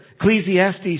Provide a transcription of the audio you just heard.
Ecclesiastes